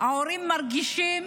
ההורים מרגישים